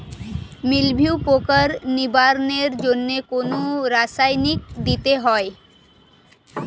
মিলভিউ পোকার নিবারণের জন্য কোন রাসায়নিক দিতে হয়?